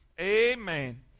Amen